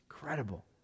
incredible